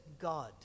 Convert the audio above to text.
God